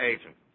agent